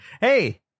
Hey